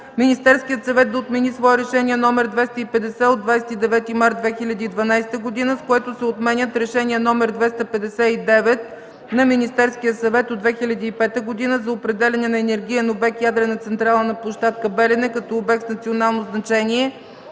Министерският съвет да отмени свое Решение № 250 от 29 март 2012 г., с което се отменят Решение № 259 на Министерския съвет от 2005 г. за определяне на енергиен обект „Ядрена централа на площадка „Белене” като обект с национално значение